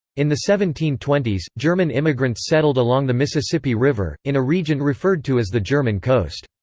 in the seventeen twenty s, german immigrants settled along the mississippi river, in a region referred to as the german coast.